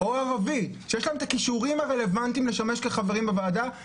או ערבי שיש להם את הכישורים הרלוונטיים לשמש כחברים בוועדה.